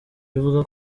ivuga